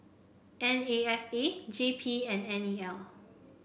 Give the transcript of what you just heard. N A F A J P and N E L